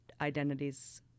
identities